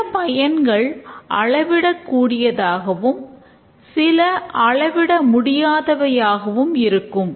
சில பயன்கள் அளவிடக் கூடியதாகவும் சில அளவிட முடியாதவையாகவும் இருக்கும்